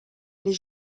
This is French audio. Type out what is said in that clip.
les